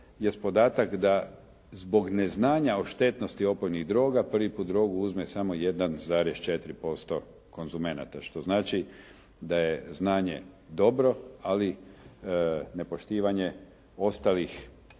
jer podatak da zbog neznanja o štetnosti opojnih droga, prvi put uzme drogu samo 1,4% konzumenata što znači da je znanje dobro, ali ne poštivanje ostalih